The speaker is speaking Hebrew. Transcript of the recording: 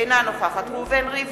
אינה נוכחת ראובן ריבלין,